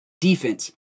Defense